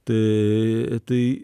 tai tai